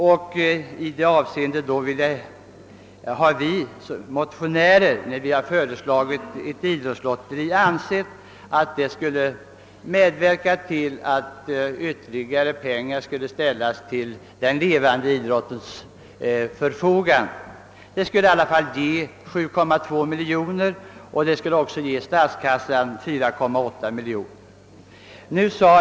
Vi motionärer har föreslagit anordnan det av ett idrottslotteri, därför att vi ansett att det skulle medverka till att ytterligare medel kunde ställas till den levande idrottens förfogande. Ett idrottslotteri skulle ge 7,2 milj.kr. och statskassan skulle få 4,8 milj.kr.